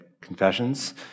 confessions